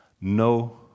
no